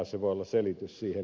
se voi olla selitys siihen